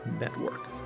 Network